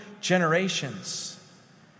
generations